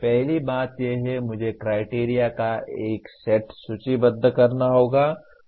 पहली बात यह है मुझे क्राइटेरिया का एक सेट सूचीबद्ध करना होगा